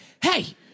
Hey